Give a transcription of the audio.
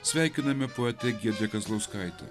sveikiname poetę giedrę kazlauskaitę